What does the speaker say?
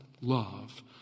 love